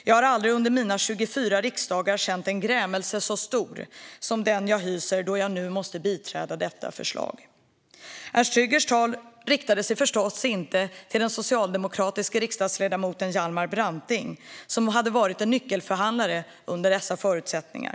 Jag har aldrig under mina 24 riksdagar känt en grämelse så stor som den jag hyser, då jag nu måste biträda detta förslag. Ernst Tryggers tal riktade sig förstås inte till den socialdemokratiske riksdagsledamoten Hjalmar Branting, som hade varit en nyckelförhandlare under dessa förutsättningar.